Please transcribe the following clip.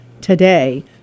today